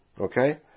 Okay